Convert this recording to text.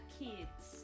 kids